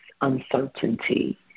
uncertainty